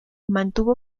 mantuvo